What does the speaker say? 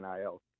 NIL